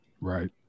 Right